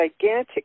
gigantic